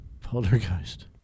Poltergeist